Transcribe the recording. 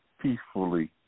peacefully